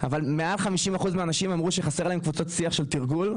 אבל מעל 50% מהאנשים אמרו שחסרה להם קבוצת שיח של תרגול,